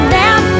down